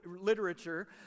literature